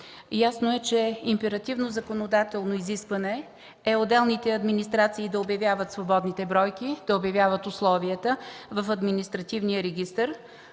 Ясно е, че императивно законодателно изискване е отделните администрации да обявяват свободните бройки, да обявяват условията в административния регистър.